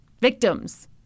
Victims